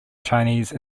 chinese